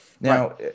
Now